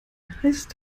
heißt